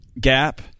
gap